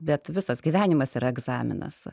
bet visas gyvenimas yra egzaminas